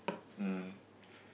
um